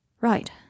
Right